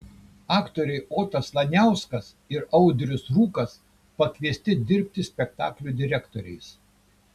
aktoriai otas laniauskas ir audrius rūkas pakviesti dirbti spektaklių direktoriais